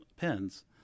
pens